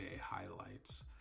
highlights